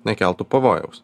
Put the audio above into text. nekeltų pavojaus